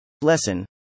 Lesson